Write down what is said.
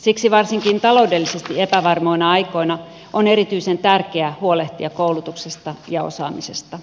siksi varsinkin taloudellisesti epävarmoina aikoina on erityisen tärkeää huolehtia koulutuksesta ja osaamisesta